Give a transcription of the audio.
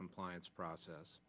compliance process